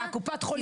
קופות החולים.